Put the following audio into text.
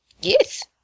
Yes